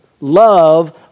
love